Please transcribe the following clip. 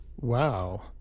Wow